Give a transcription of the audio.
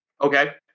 Okay